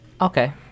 okay